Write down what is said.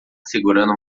segurando